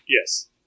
Yes